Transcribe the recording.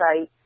site